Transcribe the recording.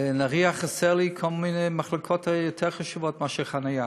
בנהריה חסרות לי כל מיני מחלקות יותר חשובות מאשר חניה,